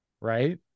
Right